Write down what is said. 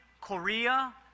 Korea